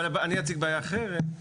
אבל אני אציג בעיה אחרת,